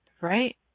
right